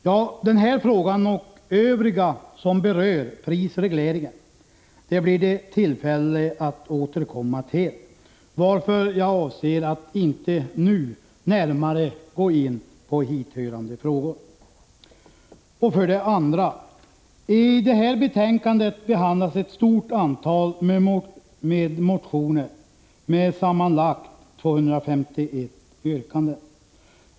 RE: Den här frågan och övriga som berör prisregleringen blir det tillfälle att RS MägprS örslag återkomma till, varför jag avser att inte nu närmare gå in på hithörande problem. För det andra: I det här betänkandet behandlas ett stort antal motioner med sammanlagt 251 yrkanden.